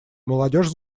молодежь